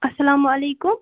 السلامُ علیکُم